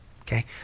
okay